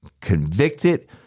convicted